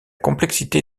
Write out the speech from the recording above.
complexité